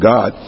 God